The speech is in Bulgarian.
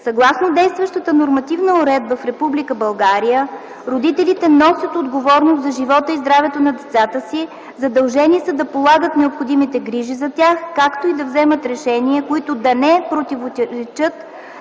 Съгласно действащата нормативна уредба в Република България, родителите носят отговорност за живота и здравето на децата си, задължени са да полагат необходимите грижи за тях, както и да вземат решения, които да не противоречат